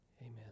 Amen